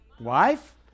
wife